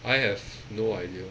I have no idea